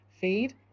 feed